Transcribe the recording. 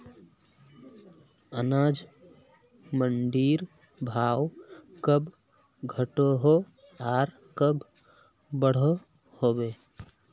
अनाज मंडीर भाव कब घटोहो आर कब बढ़ो होबे?